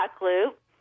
loop